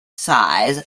size